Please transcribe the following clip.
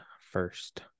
first